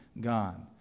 gone